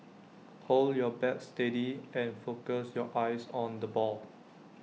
hold your bat steady and focus your eyes on the ball